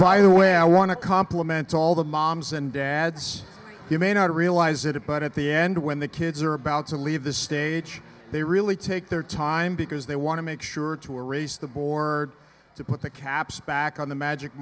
by the way i want to compliment all the moms and dads you may not realize it but at the end when the kids are about to leave the stage they really take their time because they want to make sure to erase the board to put the caps back on the magic